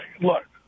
Look